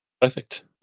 Perfect